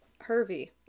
Hervey